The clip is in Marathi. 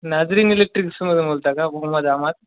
नाजरीन इलेक्ट्रिक्समधून बोलत आहे का मुहम्मद आमाद